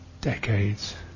decades